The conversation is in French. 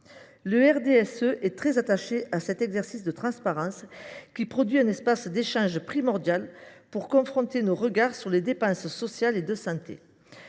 Européen est très attaché à cet exercice de transparence, qui constitue un espace d’échanges primordial pour confronter nos regards sur les dépenses sociales et de santé.